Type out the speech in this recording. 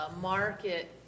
market